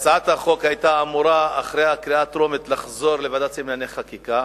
הצעת החוק היתה אמורה לחזור לוועדת שרים לענייני חקיקה